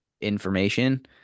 information